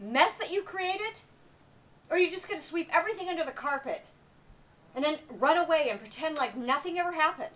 mess that you created or you just get everything under the carpet and then run away and pretend like nothing ever happen